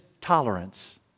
tolerance